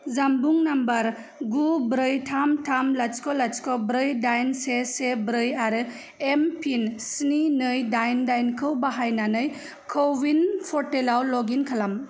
जानबुं नाम्बार गु ब्रै थाम थाम लाथिख' लाथिख' ब्रै दाइन से से ब्रै आरो एम पिन स्नि नै दाइन दाइनखौ बाहायनानै क'विन पर्टेलाव लग इन खालाम